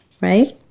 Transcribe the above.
Right